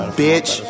bitch